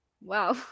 Wow